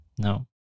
no